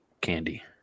candy